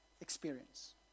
experience